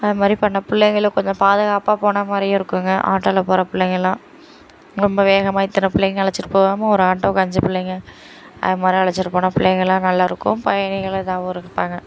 அந்த மாதிரி பண்ணிணா பிள்ளைகள கொஞ்சம் பாதுகாப்பாக போனமாதிரியும் இருக்குங்க ஆட்டோவில் போகிற பிள்ளைங்கள்லாம் ரொம்ப வேகமாக இத்தனை பிள்ளைங்க அழைச்சிட்டு போகாமல் ஒரு ஆட்டோக்கு அஞ்சு பிள்ளைங்க அந்த மாதிரி அழைச்சிட்டு போனால் பிள்ளைங்களாம் நல்லாயிருக்கும் பயணிகளை இதாகவும் இருப்பாங்க